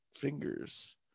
fingers